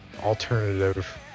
Alternative